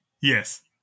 Yes